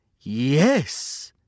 Yes